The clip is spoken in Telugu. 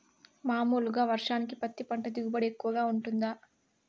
మామూలుగా వర్షానికి పత్తి పంట దిగుబడి ఎక్కువగా గా వుంటుందా?